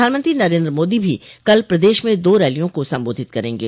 प्रधानमंत्री नरेन्द्र मोदी भी कल प्रदेश में दो रैलियों को संबोधित करेंगे